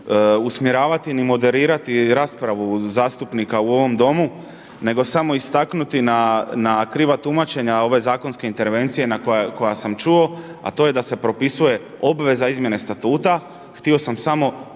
usmjeravati ni moderirati raspravu zastupnika u ovom Domu nego samo istaknuti na kriva tumačenja ove zakonske intervencije koja sam čuo, a to je da se propisuje obveza izmjene statuta. Htio sam samo